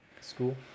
school